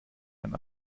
ein